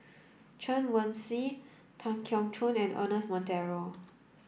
Chen Wen Hsi Tan Keong Choon and Ernest Monteiro